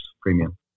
premium